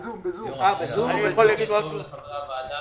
שלום לחברי הוועדה.